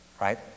right